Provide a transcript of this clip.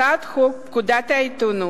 הצעת חוק לתיקון פקודת העיתונות